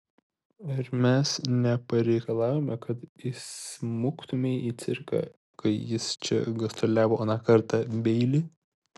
ar mes nepareikalavome kad įsmuktumei į cirką kai jis čia gastroliavo aną kartą beili